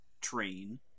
train